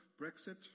Brexit